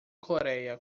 coreia